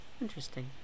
Interesting